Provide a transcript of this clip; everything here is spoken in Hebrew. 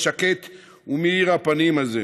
השקט ומאיר הפנים הזה.